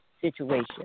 situation